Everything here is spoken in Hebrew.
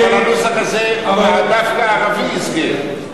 אבל בנוסח הזה דווקא הערבי יזכה,